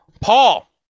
Paul